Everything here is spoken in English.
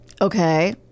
Okay